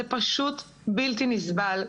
זה פשוט בלתי נסבל.